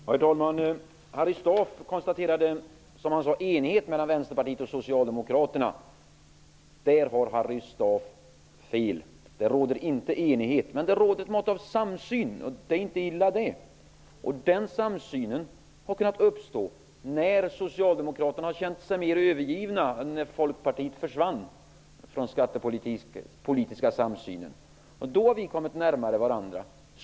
Herr talman! Harry Staaf konstaterade, som han sade, ''enighet'' mellan Vänsterpartiet och Socialdemokraterna. Där har Harry Staaf fel. Det råder inte enighet, men det råder ett mått av samsyn, och det är inte illa. Den samsynen kunde uppstå, när Socialdemokraterna kände sig övergivna genom att Folkpartiet försvann från den skattepolitiska samsynen. Då kom vi närmare varandra.